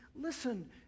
listen